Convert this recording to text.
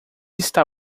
está